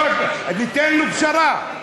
זה לא רק, ניתֵן לו פשרה.